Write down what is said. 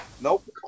nope